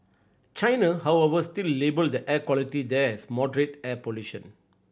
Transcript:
China however still labelled the air quality there as moderate air pollution